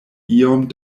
iom